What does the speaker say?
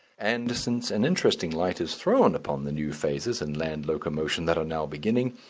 and since an interesting light is thrown upon the new phases in land locomotion that are now beginning,